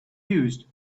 used